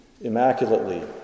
immaculately